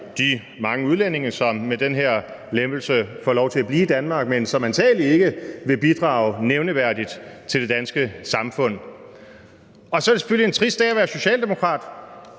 de mange udlændinge, som med den her lempelse får lov til at blive i Danmark, men som antagelig ikke vil bidrage nævneværdigt til det danske samfund. Så er det selvfølgelig en trist dag at være socialdemokrat